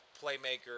playmaker